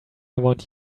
want